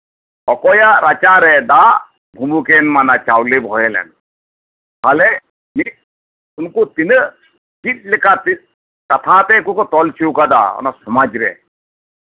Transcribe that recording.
ᱚᱠᱚᱭᱟᱜ ᱨᱟᱪᱟᱨᱮ ᱫᱟᱜ ᱵᱷᱩᱵᱩᱠ ᱮᱱ ᱢᱟᱱᱟ ᱪᱟᱣᱞᱮ ᱵᱳᱦᱮᱞ ᱮᱱ ᱛᱟᱦᱞᱮ ᱱᱤᱛ ᱩᱱᱠᱩ ᱛᱤᱱᱟᱹᱜ ᱞᱮᱠᱟ ᱪᱮᱫ ᱠᱟᱛᱷᱟ ᱟᱛᱮᱜ ᱩᱱᱠᱩ ᱨᱚᱲ ᱦᱚᱪᱚ ᱠᱟᱫᱟ ᱚᱱᱟ ᱥᱚᱢᱟᱡᱨᱮ